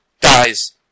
dies